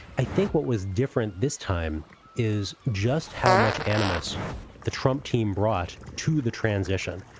i think what was different this time is just how much animus the trump team brought to the transition.